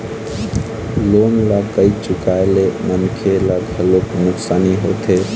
loan ल नइ चुकाए ले मनखे ल घलोक नुकसानी होथे